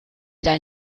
dein